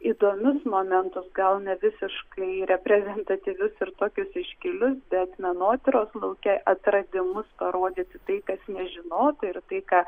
įdomius momentus gal ne visiškai reprezentatyvius ir tokius iškilius bet menotyros lauke atradimus parodys tai kas nežinota ir tai ką